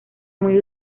muy